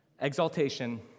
Exaltation